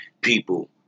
people